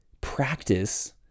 practice